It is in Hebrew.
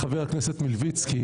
רבים מחבריך לקואליציה,